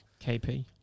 KP